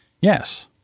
Yes